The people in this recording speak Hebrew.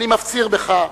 אני מפציר בך,